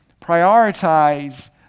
Prioritize